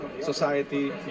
society